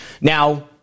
Now